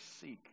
seek